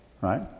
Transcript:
right